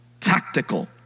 tactical